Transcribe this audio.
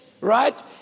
right